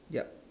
yup